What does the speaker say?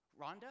Rhonda